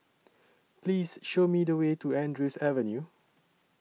Please Show Me The Way to Andrews Avenue